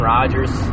Rodgers